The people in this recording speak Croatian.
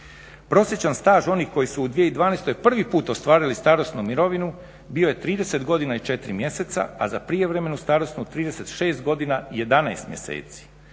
Prosječan staž onih koji su u 2012.prvi put ostvarili starosnu mirovinu bio je 30 godina i 4 mjeseca a za prijevremenu starosnu 36 godina i 11 mjeseci.